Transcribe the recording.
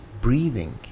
breathing